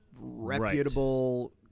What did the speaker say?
reputable